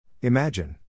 Imagine